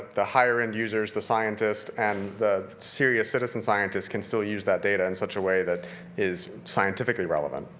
ah the higher-end users, the scientists, and the serious citizen scientists can still use that data in such a way that is scientifically relevant.